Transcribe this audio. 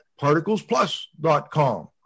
Particlesplus.com